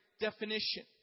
definition